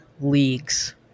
leagues